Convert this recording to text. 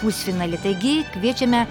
pusfinalį taigi kviečiame